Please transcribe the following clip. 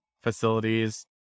facilities